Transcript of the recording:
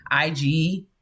IG